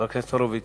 חבר הכנסת הורוביץ,